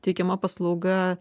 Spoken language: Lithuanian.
teikiama paslauga